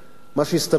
מה שהסתבר לי,